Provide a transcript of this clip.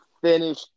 finish